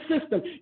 system